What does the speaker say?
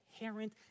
inherent